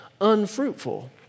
unfruitful